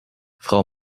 frau